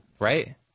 right